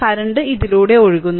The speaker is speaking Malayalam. കറന്റ് ഇതിലൂടെ ഒഴുകുന്നു